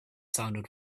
sounded